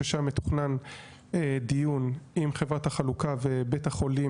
ששם מתוכנן דיון עם חברת החלוקה ובית החולים,